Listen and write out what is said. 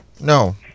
No